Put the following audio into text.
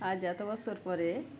আজা এতো বছর পরে